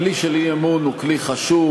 הכלי שלי אי-אמון הוא כלי חשוב,